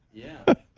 yeah,